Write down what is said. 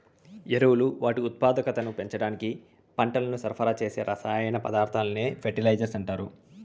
ఎరువులు వాటి ఉత్పాదకతను పెంచడానికి పంటలకు సరఫరా చేసే రసాయన పదార్థాలనే ఫెర్టిలైజర్స్ అంటారు